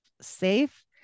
safe